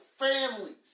families